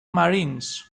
marines